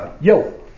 Yo